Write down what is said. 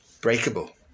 Breakable